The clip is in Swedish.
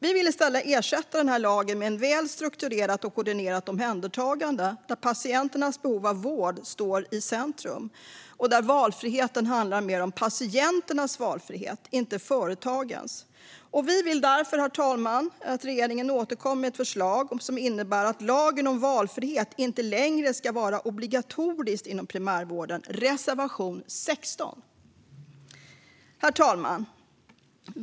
Vi vill i stället ersätta den här lagen med ett väl strukturerat och koordinerat omhändertagande, där patienternas behov av vård står i centrum och där valfriheten mer handlar om patienternas valfrihet, inte företagens. Vi vill därför, herr talman, att regeringen återkommer med ett förslag som innebär att lagen om valfrihet inte längre ska vara obligatorisk inom primärvården - reservation 16. Herr talman!